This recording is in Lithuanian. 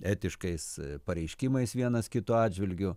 etiškais pareiškimais vienas kito atžvilgiu